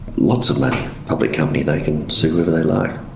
lots of money, a public company, they can sue whoever they like.